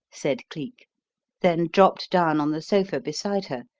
said cleek then dropped down on the sofa beside her,